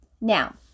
Now